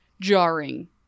jarring